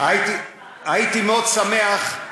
הייתי מאוד שמח אם